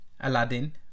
Aladdin